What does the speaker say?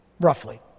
roughly